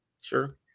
Sure